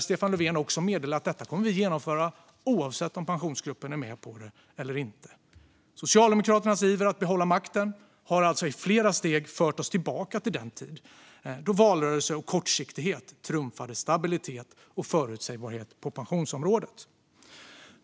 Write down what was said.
Stefan Löfven meddelade också att man skulle genomföra detta oavsett om Pensionsgruppen var med på det eller inte. Socialdemokraternas iver att behålla makten har alltså i flera steg fört oss tillbaka till den tid då valrörelse och kortsiktighet trumfade stabilitet och förutsägbarhet på pensionsområdet.